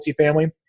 multifamily